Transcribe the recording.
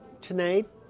tonight